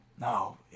no